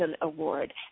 Award